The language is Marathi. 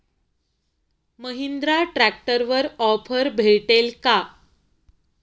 महिंद्रा ट्रॅक्टरवर ऑफर भेटेल का?